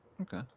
Okay